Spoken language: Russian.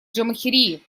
джамахирии